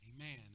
Amen